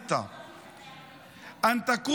ששת הימים.